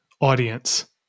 audience